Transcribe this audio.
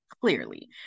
clearly